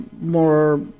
more